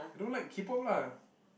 I don't like K Pop lah